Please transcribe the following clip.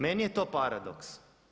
Meni je to paradoks.